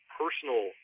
personal